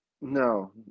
No